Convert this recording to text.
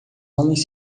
homens